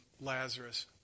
Lazarus